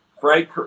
Frank